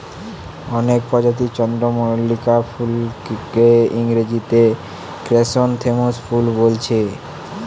অনেক প্রজাতির চন্দ্রমল্লিকা ফুলকে ইংরেজিতে ক্র্যাসনথেমুম ফুল বোলছে